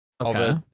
Okay